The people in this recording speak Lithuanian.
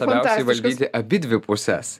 labiausiai valdyti abidvi puses